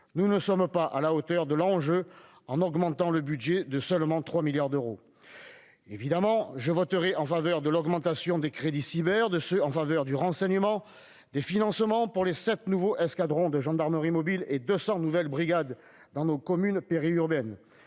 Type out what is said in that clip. nous ne sommes pas à la hauteur de l'enjeu en augmentant le budget de seulement 3 milliards d'euros. Évidemment, je voterai en faveur de l'augmentation des crédits cyber, de ceux en faveur du renseignement, des financements pour les sept nouveaux escadrons de gendarmerie mobile et les 200 nouvelles brigades dans nos communes périurbaines.